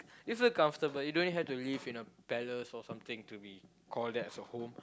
you're so comfortable you don't really have to live in a palace or something to be call that as a home